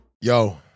Yo